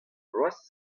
bloaz